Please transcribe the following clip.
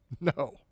No